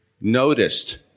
noticed